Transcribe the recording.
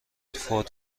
فوت